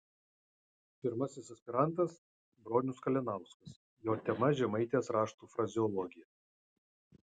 pirmasis aspirantas bronius kalinauskas jo tema žemaitės raštų frazeologija